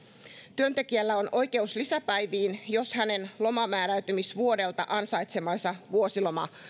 työntekijällä on oikeus lisäpäiviin jos hänen lomanmääräytymisvuodelta ansaitsemansa vuosiloma